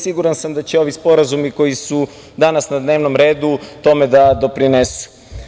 Siguran sam da će ovi sporazumi, koji su danas na dnevnom redu, tome da doprinesu.